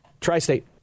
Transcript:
Tri-State